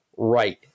Right